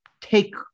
take